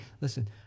listen